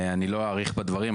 אני לא אאריך בדברים,